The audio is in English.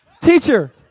teacher